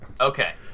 Okay